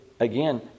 Again